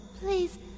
Please